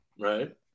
right